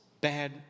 bad